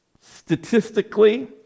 Statistically